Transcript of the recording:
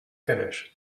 finish